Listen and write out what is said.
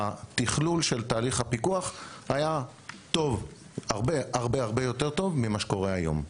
התכלול של תהליך הפיקוח היה הרבה-הרבה יותר טוב ממה שקורה היום.